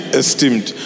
esteemed